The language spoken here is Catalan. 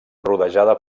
rodejada